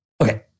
okay